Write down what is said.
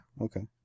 okay